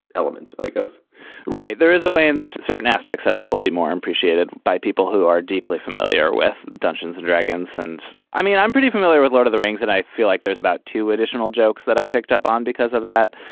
element like us right. there is a way in which certain aspects of it will be more appreciated by people who are deeply familiar with dungeons and dragons. and i mean, i'm pretty familiar with lord of the rings, and i feel like there's about two additional jokes that i picked up on because of that.